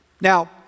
Now